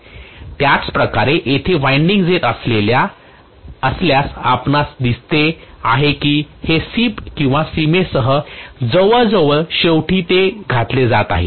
तर त्याचप्रकारे येथे वायंडिंग्स येत असल्यास आपणास हे दिसते आहे की हे सीप किंवा सीमेसह जवळजवळ शेवटी ते घातले जात आहे